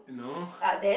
no